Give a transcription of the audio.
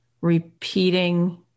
repeating